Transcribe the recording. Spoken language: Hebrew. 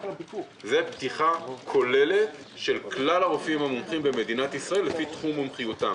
זה פתיחה כוללת של כלל הרופאים המומחים במדינת ישראל לפי תחום מומחיותם